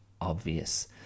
obvious